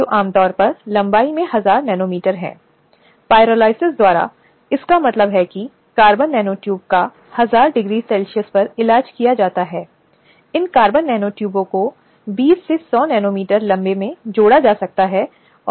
तो एक मामले का बचाव कर रहा है और मामले का बचाव करते हुए व्यक्ति को यह सुनिश्चित करना होगा कि सभी आवश्यक गवाह और दस्तावेज तैयार किए जाएं या शिकायत समिति को प्रस्तुत किए जाएं या जिनसे शिकायत की गई है